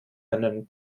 einem